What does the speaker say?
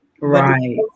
Right